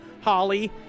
Holly